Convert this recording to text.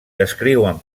descriuen